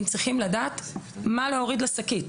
הם צריכים לדעת מה להוריד לשקית,